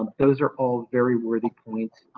um those are all very worthy points.